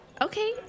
Okay